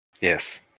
Yes